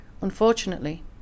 Unfortunately